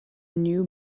new